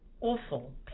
Awful